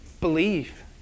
believe